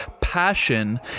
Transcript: passion